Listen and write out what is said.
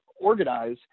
organize